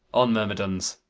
on, myrmidons,